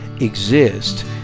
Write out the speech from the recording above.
exist